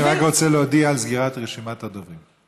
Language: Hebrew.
אני רק רוצה להודיע על סגירת רשימת הדוברים.